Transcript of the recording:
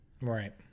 Right